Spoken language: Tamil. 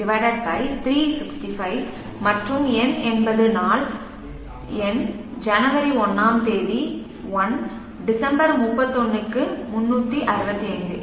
033 Cos 360 N 365 மற்றும் N என்பது நாள் எண் ஜனவரி 1 ஆம் தேதி 1 டிசம்பர் 31 க்கு 365